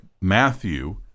Matthew